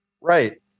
Right